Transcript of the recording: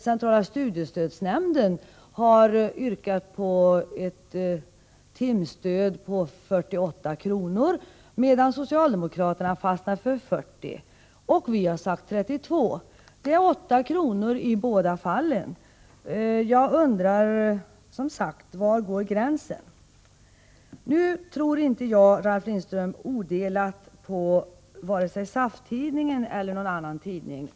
Centrala studiestödsnämnden har begärt ett timstöd på 48 kr., medan socialdemokraterna har fastnat för 40 kr. Vi har sagt 32 kr. Det är åtta kronors skillnad i båda fallen. Jag undrar: Var går gränsen? Jag tror inte, Ralf Lindström, odelat på vare sig SAF-Tidningen eller någon annan tidning.